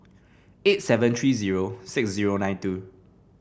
eight seven three zero six zero nine two